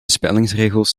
spellingsregels